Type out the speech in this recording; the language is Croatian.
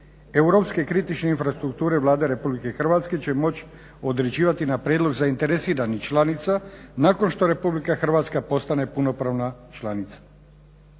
Europske kritične infrastrukture Vlada Republike Hrvatske će moći određivati na prijedlog zainteresiranih članica nakon što Republika Hrvatska postane punopravna članica.